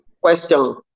question